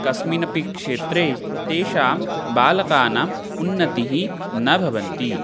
कस्मिन्नपि क्षेत्रे तेषां बालकानाम् उन्नतिः न भवति